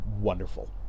wonderful